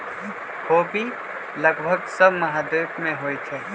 ख़ोबि लगभग सभ महाद्वीप में होइ छइ